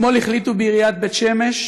אתמול החליטו בעיריית בית שמש